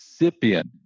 recipient